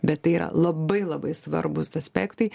bet tai yra labai labai svarbūs aspektai